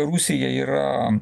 rusija yra